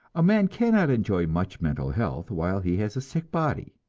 a man cannot enjoy much mental health while he has a sick body.